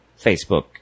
Facebook